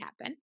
happen